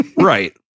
Right